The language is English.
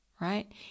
Right